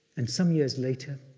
and some years later,